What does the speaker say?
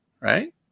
right